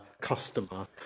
customer